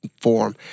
form